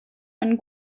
einen